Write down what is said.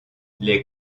les